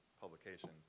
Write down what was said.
publication